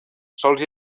sols